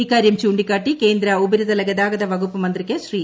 ഇക്കാര്യം ചൂണ്ടിക്കാട്ടി കേന്ദ്ര ഉപരിതല ഗതാഗത വകുപ്പ് മന്ത്രിക്ക് ശ്രീ